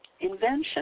invention